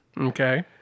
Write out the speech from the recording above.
Okay